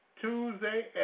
Tuesday